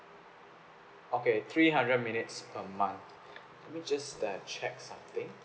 okay three hundred minutes per month let me just that check something